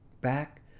back